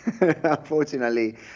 unfortunately